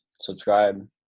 subscribe